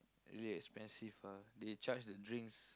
really expensive ah they charge the drinks